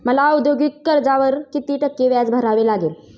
मला औद्योगिक कर्जावर किती टक्के व्याज भरावे लागेल?